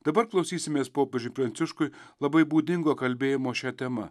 dabar klausysimės popiežiui pranciškui labai būdingo kalbėjimo šia tema